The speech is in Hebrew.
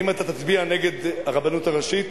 האם אתה תצביע נגד הרבנות הראשית?